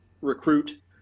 recruit